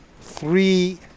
three